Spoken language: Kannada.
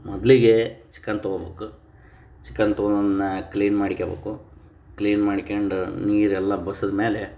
ಮೊದ್ಲಿಗೆ ಚಿಕನ್ ತೊಗೋಬೇಕು ಚಿಕನ್ ತೊಗೊಬಂದು ಮ್ಯಾಲ್ ಕ್ಲೀನ್ ಮಾಡ್ಕಬೋಕು ಕ್ಲೀನ್ ಮಾಡ್ಕಂಡು ನೀರೆಲ್ಲ ಬಸಿದ ಮೇಲೆ